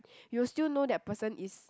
you will still know that person is